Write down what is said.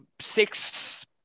Six